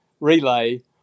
relay